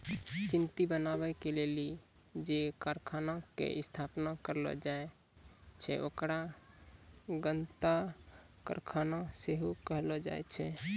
चिन्नी बनाबै के लेली जे कारखाना के स्थापना करलो जाय छै ओकरा गन्ना कारखाना सेहो कहलो जाय छै